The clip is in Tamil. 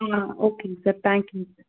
ஆ ஓகேங்க சார் தேங்க்யூங்க சார்